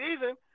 season